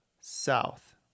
south